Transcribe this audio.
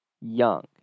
young